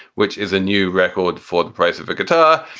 which is a new record for the price of a guitar.